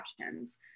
options